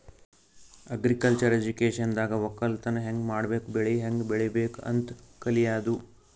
agriculture ಎಜುಕೇಶನ್ದಾಗ್ ವಕ್ಕಲತನ್ ಹ್ಯಾಂಗ್ ಮಾಡ್ಬೇಕ್ ಬೆಳಿ ಹ್ಯಾಂಗ್ ಬೆಳಿಬೇಕ್ ಅಂತ್ ಕಲ್ಯಾದು